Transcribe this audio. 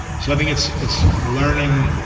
so i think it's it's learning,